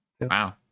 wow